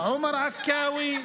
עומר עכאווי.